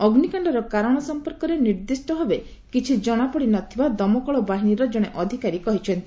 ଅଗ୍ନିକାଶ୍ଡର କାରଣ ସମ୍ପର୍କରେ ନିର୍ଦ୍ଦିଷ୍ଟ ଭାବେ କିଛି ଜଣା ପଡ଼ି ନ ଥିବା ଦମକଳ ବାହିନୀର ଜଣେ ଅଧିକାରୀ କହିଛନ୍ତି